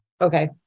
Okay